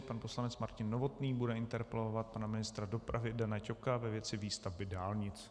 Pan poslanec Martin Novotný bude interpelovat pana ministra dopravy Dana Ťoka ve věci výstavby dálnic.